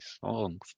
songs